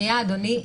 אדוני,